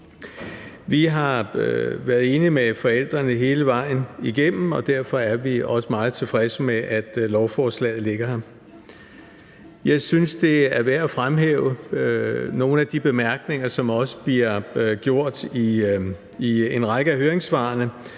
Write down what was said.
Vi har været enige med forældrene hele vejen igennem, og derfor er vi også meget tilfredse med, at lovforslaget ligger her. Jeg synes, det er værd at fremhæve nogle af de bemærkninger, som også bliver gjort i en række af høringssvarene,